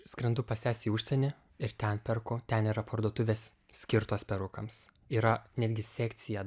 skrendu pas sesę į užsienį ir ten perku ten yra parduotuvės skirtos perukams yra netgi sekcija